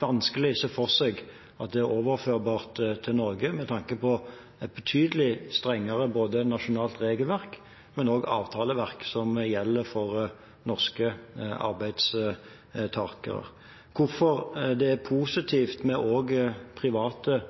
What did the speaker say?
vanskelig se for seg at det er overførbart til Norge med tanke på et betydelig strengere både nasjonalt regelverk og avtaleverk som gjelder for norske arbeidstakere. Når det gjelder hvorfor det er positivt også med private